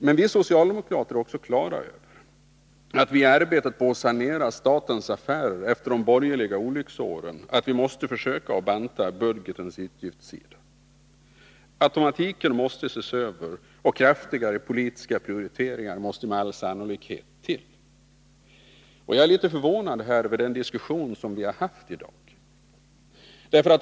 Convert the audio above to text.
Men vi socialdemokrater är också på det klara med att vi i arbetet på att sanera statens affärer efter de borgerliga olycksåren måste försöka banta budgetens utgiftssida. Automatiken måste ses över, och kraftigare politiska prioriteringar måste med all sannolikhet till. Jag är litet förvånad över den diskussion som vi har haft i dag.